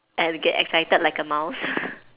and get excited like a mouse